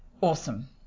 Awesome